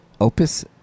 Opus